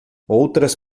outras